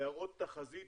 להראות תחזית